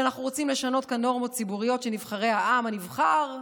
שאנחנו רוצים לשנות כאן נורמות ציבוריות של נבחרי העם הנבחר,